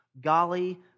golly